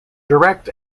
direct